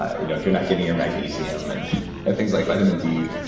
you know if you're not getting your magnesium and and things like vitamin d,